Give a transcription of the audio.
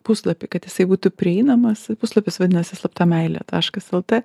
puslapį kad jisai būtų prieinamas puslapis vadinasi slapta meilė taškas lt